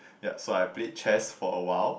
ya so I played chess for awhile